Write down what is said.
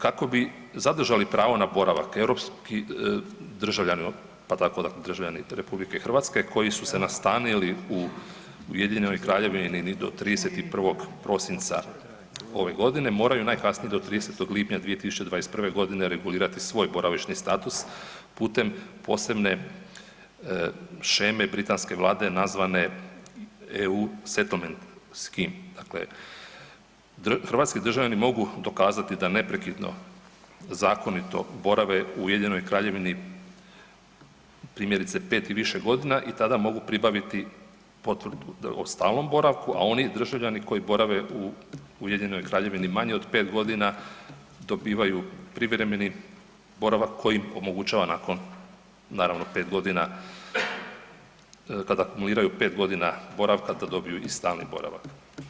Kako bi zadržali pravo na boravak europski državljani, pa tako i RH koji su se nastanili u Ujedinjenoj Kraljevini do 31. prosinca ove godine moraju najkasnije do 30. lipnja 2021.g. regulirati svoj boravišni status putem posebne šeme britanske vlade nazvane „EU Settlement“, dakle hrvatski državljani mogu dokazati da neprekidno zakonito borave u Ujedinjenoj Kraljevini primjerice 5 i više godina i tada mogu pribaviti potvrdu o stalnom boravku, a oni državljani koji borave u Ujedinjenoj Kraljevini manje od 5.g. dobivaju privremeni boravak koji omogućava nakon naravno 5.g., kad akumuliraju 5.g. boravka da dobiju i stalni boravak.